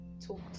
talk